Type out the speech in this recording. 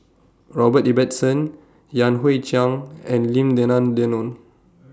Robert Ibbetson Yan Hui Chang and Lim Denan Denon